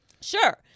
Sure